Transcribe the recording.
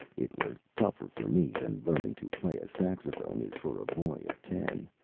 it was tougher for me than learning to play a saxophone is for a boy of ten.